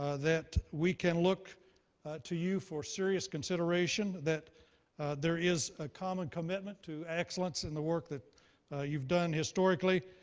ah that we can look to you for serious consideration, that there is a common commitment to excellence in the work that you've done historically.